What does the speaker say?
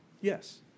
Yes